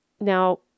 Now